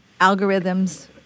algorithms